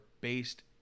based